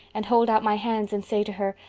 and hold out my hands and say to her,